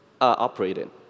operating